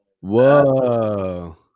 Whoa